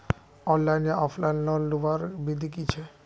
Online या offline loan लुबार विधि की छे?